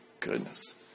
Goodness